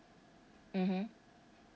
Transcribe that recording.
mmhmm